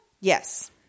Yes